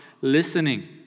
listening